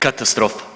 Katastrofa.